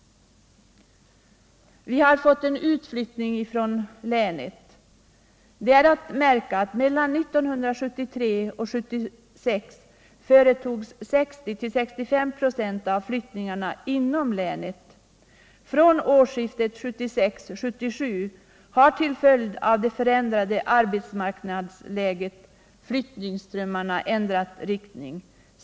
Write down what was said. Vi har fått en utflyttning från länet. Det är att märka att mellan 1973 och 1976 företogs 60-65 96 av flyttningarna inom länet. Från årsskiftet 1976-1977 har till följd av det förändrade arbetsmarknadsläget flyttningsströmmarna ändrat riktning.